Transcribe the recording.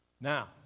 Now